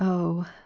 oh!